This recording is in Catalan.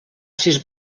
sis